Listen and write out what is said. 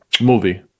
movie